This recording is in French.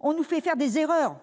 On nous fait faire des erreurs »,